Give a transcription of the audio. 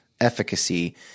efficacy